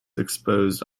exposed